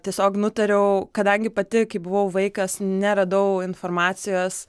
tiesiog nutariau kadangi pati kai buvau vaikas neradau informacijos